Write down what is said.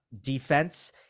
defense